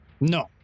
No